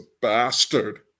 bastard